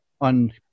on